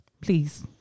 Please